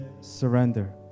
surrender